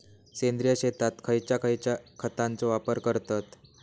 सेंद्रिय शेतात खयच्या खयच्या खतांचो वापर करतत?